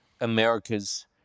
America's